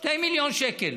2 מיליון שקל.